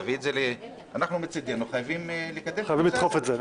תביא את זה או לא אנחנו מצדנו חייבים לקדם את זה.